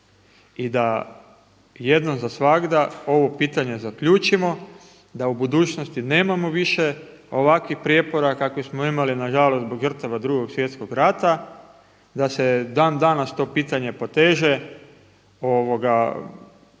i da jednom za svagda ovo pitanje zaključimo, da u budućnosti nemamo više ovakvih prijepora kakvih smo imali nažalost zbog žrtava Drugog svjetskog rata, da se dan-danas to pitanje poteže na jedan